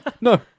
No